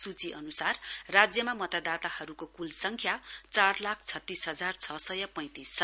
सूची अनुसार राज्यमा मतदाताहरूको कुल संङ्ख्या चार लाख छत्तीस हजार छ सय पैतिंस छ